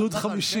איפה שירת, בנח"ל?